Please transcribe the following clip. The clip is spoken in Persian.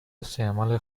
استعمال